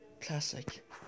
classic